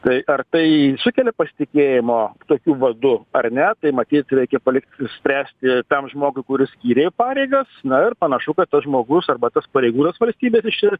tai ar tai sukelia pasitikėjimo tokiu vadu ar ne tai matyt reikia palikt spręsti tam žmogui kuris skyrė į pareigas na ir panašu kad tas žmogus arba tas pareigūnas valstybės jis čia